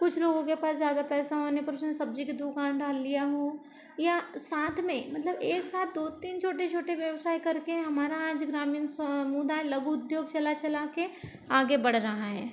कुछ लोगों के पास ज़्यादा पैसा होने पर उसने सब्जी की दुकान डाल लिया हो या साथ में मतलब एक साथ दो तीन छोटे छोटे व्यवसाय करके हमारा जो ग्रामीण समुदाय लघु उद्योग चला चला के आगे बढ़ रहा है